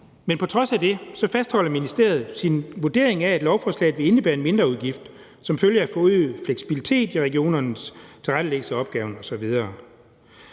Men på trods af det fastholder ministeriet sin vurdering af, at lovforslaget vil indebære en mindreudgift som følge af forøget fleksibilitet i regionernes tilrettelæggelse af opgaverne osv.